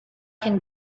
can